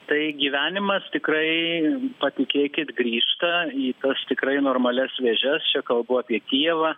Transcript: tai gyvenimas tikrai patikėkit grįžta į tas tikrai normalias vėžes čia kalbu apie kijevą